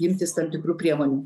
imtis tam tikrų priemonių